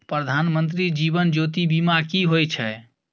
प्रधानमंत्री जीवन ज्योती बीमा की होय छै?